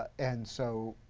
and so,